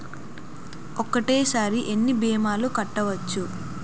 ఒక్కటేసరి ఎన్ని భీమాలు కట్టవచ్చు?